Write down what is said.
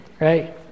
right